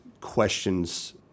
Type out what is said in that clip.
questions